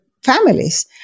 families